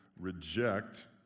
reject